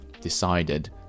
decided